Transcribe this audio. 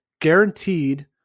guaranteed